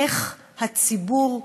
איך הציבור,